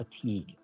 fatigue